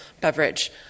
beverage